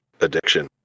addiction